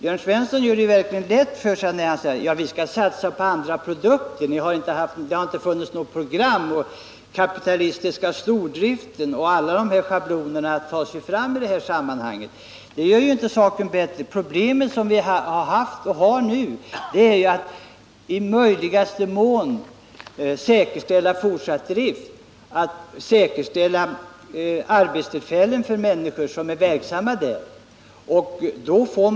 Jörn Svensson gör det verkligen lätt för sig när han säger att vi skall satsa på andra produkter men att det inte funnits något program och när han talar om den kapitalistiska stordriften och radar upp alla andra schabloner. Problemet har ju varit att i möjligaste mån säkerställa fortsatt drift och rädda sysselsättningen för de människor som är verksamma inom branschen.